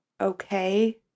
okay